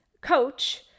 coach